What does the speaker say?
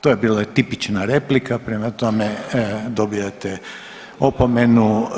To je bila tipična replika, prema tome dobijate opomenu.